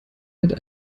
hätte